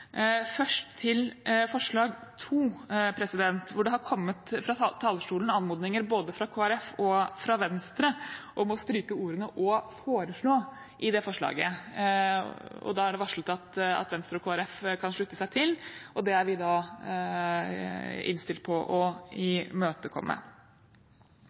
Først til forslag nr. 2, hvor det fra talerstolen har kommet anmodninger både fra Kristelig Folkeparti og fra Venstre om å stryke ordene «og foreslå». Da er det varslet at Venstre og Kristelig Folkeparti kan slutte seg til, og det er vi da innstilt på å